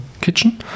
kitchen